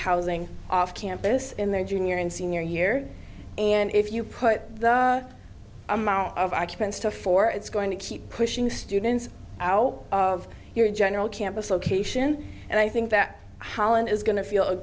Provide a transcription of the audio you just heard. housing off campus in their junior and senior year and if you put the amount of arguments to four it's going to keep pushing students how of your general campus location and i think that holland is going to feel a